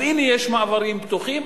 אז אם יש מעברים פתוחים,